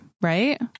Right